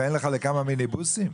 ואין לך לכמה מיניבוסים?